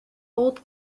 old